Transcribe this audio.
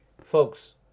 folks